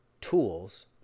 tools